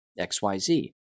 XYZ